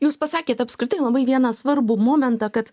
jūs pasakėt apskritai labai vieną svarbų momentą kad